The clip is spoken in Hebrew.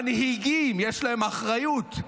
מנהיגים, יש להם אחריות.